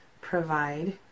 provide